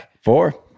Four